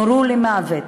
נורו למוות,